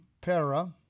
para